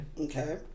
Okay